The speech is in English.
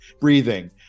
breathing